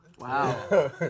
Wow